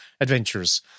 adventures